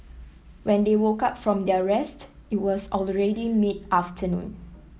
when they woke up from their rest it was already mid afternoon